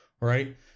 Right